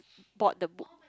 bought the book